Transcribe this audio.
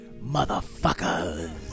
motherfuckers